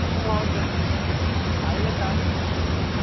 ஆ ஓகேண்ணா அதெல்லாம் டான்னு வாங்கிக் கொடுத்துருவேண்ண